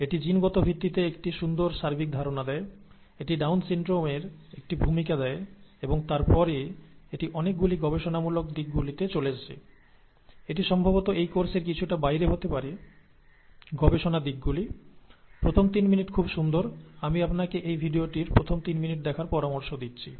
এটি জিনগত ভিত্তিতে একটি সুন্দর সার্বিক ধারণা দেয় এটি ডাউন সিনড্রোমের একটি ভূমিকা দেয় এবং তারপরে এটি অনেকগুলি গবেষণামূলক দিকগুলিতে চলে আসে এটি সম্ভবত এই কোর্সটির কিছুটা বাইরে হতে পারে গবেষণা গত দিকগুলি প্রথম তিন মিনিট খুব সুন্দর আমি আপনাকে এই ভিডিওটির প্রথম তিন মিনিট দেখার পরামর্শ দিচ্ছি